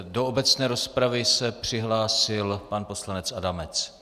Do obecné rozpravy se přihlásil pan poslanec Adamec.